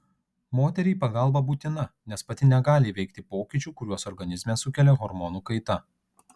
moteriai pagalba būtina nes pati negali įveikti pokyčių kuriuos organizme sukelia hormonų kaita